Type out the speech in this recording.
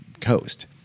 coast